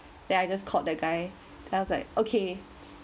then I just called that guy I was like okay